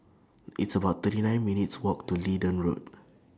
It's about thirty nine minutes' Walk to Leedon Road